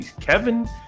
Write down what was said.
Kevin